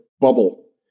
bubble